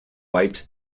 white